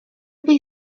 byś